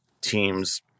teams